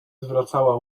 zwracała